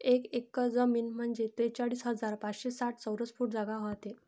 एक एकर जमीन म्हंजे त्रेचाळीस हजार पाचशे साठ चौरस फूट जागा व्हते